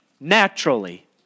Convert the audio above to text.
naturally